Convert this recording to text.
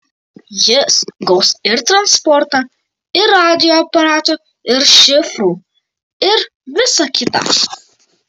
jis gaus ir transportą ir radijo aparatų ir šifrų ir visa kita